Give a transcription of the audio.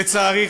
לצערי,